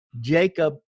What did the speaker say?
Jacob